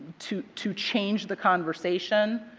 to to change the conversation.